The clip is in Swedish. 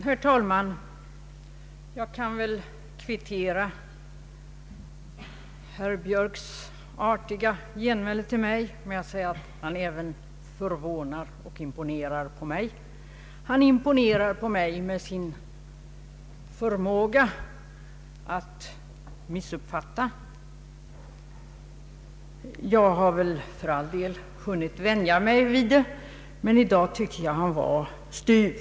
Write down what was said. Herr talman! Jag kan väl kvittera herr Björks artiga genmäle med att säga att han även imponerar på mig med sin förmåga att missuppfatta. Jag har för all del hunnit vänja mig vid det, men i dag tycker jag att han var styv.